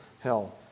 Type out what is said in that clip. hell